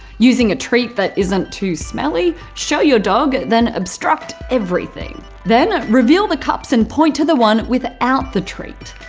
using a treat that isn't too smelly, show your dog, then obstruct everything. then, reveal the cups and point to the one without the treat.